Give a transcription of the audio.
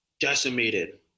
Decimated